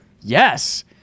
yes